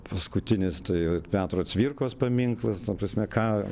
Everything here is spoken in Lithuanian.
paskutinis tai petro cvirkos paminklas ta prasme ką